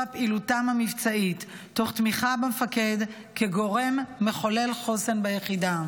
פעילותם המבצעית תוך תמיכה במפקד כגורם מחולל חוסן ביחידה,